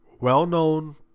well-known